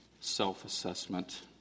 self-assessment